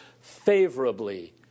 favorably